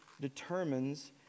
determines